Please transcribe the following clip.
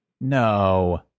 No